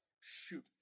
shoot